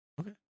Okay